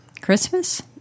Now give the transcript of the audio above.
Christmas